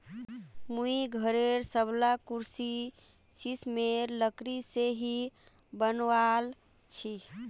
मुई घरेर सबला कुर्सी सिशमेर लकड़ी से ही बनवाल छि